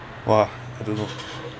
!wah! I don't know